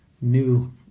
New